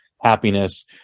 happiness